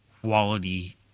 quality